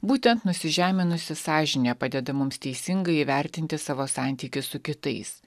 būtent nusižeminusi sąžinė padeda mums teisingai įvertinti savo santykį su kitais